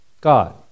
God